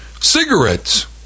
cigarettes